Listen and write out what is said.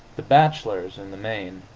the bachelors, in the main,